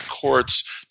courts